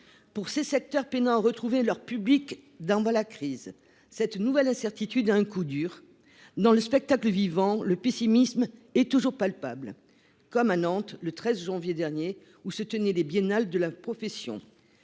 Pour ces secteurs, qui peinent à retrouver leur public d'avant la crise, cette nouvelle incertitude est un coup dur. Dans le spectacle vivant, le pessimisme est toujours palpable, comme nous avons pu le constater à Nantes, le 13 janvier dernier, où se tenaient les biennales de la profession.